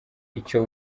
icyo